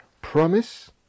promise